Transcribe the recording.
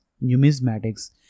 numismatics